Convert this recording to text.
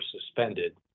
suspended